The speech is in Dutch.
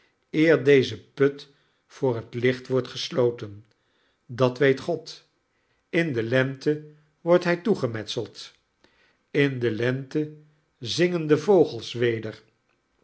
eer deze put voor het licht wordt gesloten dat weet god in de lente wordt hij toegemetseld in de lente zingen de vogels weder